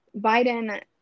Biden